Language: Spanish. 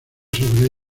sobre